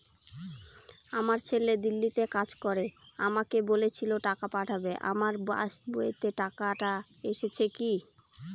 আমার ছেলে দিল্লীতে কাজ করে আমাকে বলেছিল টাকা পাঠাবে আমার পাসবইতে টাকাটা এসেছে কি?